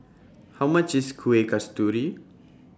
How much IS Kueh Kasturi